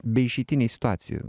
beišeitinėj situacijo